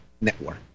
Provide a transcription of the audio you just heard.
Network